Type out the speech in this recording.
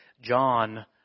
John